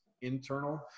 internal